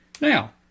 Now